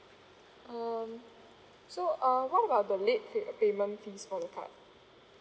um so uh what about the late pay~ payment fees for the card